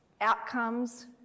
Outcomes